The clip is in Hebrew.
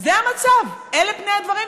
זה המצב, אלה פני הדברים,